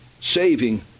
saving